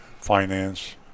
finance